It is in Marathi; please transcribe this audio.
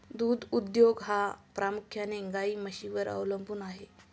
दूध उद्योग हा प्रामुख्याने गाई म्हशींवर अवलंबून आहे